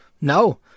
No